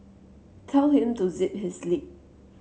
tell him to zip his lip